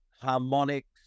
harmonics